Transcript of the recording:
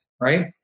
right